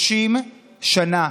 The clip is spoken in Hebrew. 30 שנה.